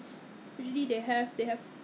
you mean 你 Taobao 这些可以 self pick up 的 meh